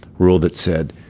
rule that said,